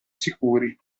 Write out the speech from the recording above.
sicuri